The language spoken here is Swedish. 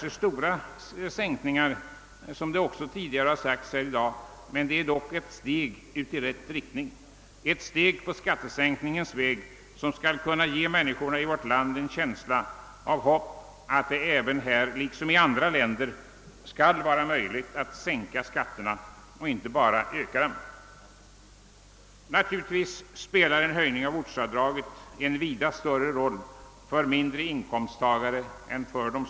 Det rör sig visserligen inte, som framhållits tidigare i dag, om särskilt stora skattesänkningar, men de är dock ett steg i rätt riktning, ett steg på skattesänkningens väg som skall kunna ge människorna i vårt land en känsla av hopp att det här som i andra länder skall vara möjligt att sänka skatterna och inte bara öka dem. Naturligtvis spelar en höjning av ortsavdraget vida större roll för mindre inkomsttagare än för större.